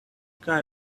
guy